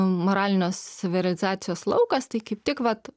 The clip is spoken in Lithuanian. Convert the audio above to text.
moralinės savirealizacijos laukas tai kaip tik vat